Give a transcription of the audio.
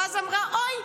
ואז אמרה: אוי,